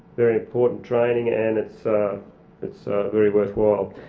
very important training and it's it's very worthwhile.